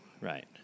Right